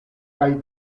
kaj